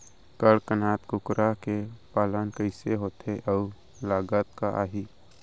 कड़कनाथ कुकरा के पालन कइसे होथे अऊ लागत का आही?